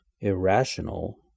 irrational